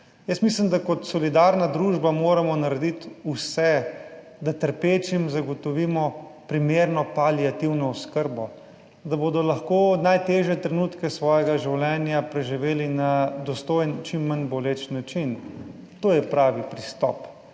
mislim, da kot solidarna družba moramo narediti vse, da trpečim zagotovimo primerno paliativno oskrbo, da bodo lahko najtežje trenutke svojega življenja preživeli na dostojen, čim manj boleč način. To je pravi pristop,